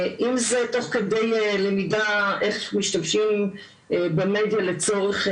אם זה תוך כדי למידה איך משתמשים במדיה לצורך